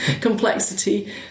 complexity